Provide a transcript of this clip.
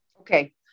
Okay